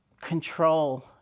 control